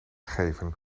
geven